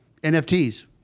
NFTs